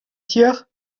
тех